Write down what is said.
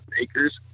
acres